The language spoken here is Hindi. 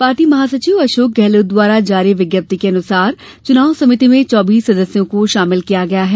पार्टी महासचिव अशोक गहलोत द्वारा जारी विज्ञप्ति के मुताबिक चुनाव समिति में चौबीस सदस्यों को शामिल किया गया है